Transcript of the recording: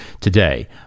today